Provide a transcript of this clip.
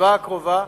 בסביבה הקרובה.